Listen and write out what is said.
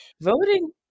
Voting